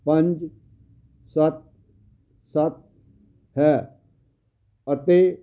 ਪੰਜ ਸੱਤ ਸੱਤ ਹੈ ਅਤੇ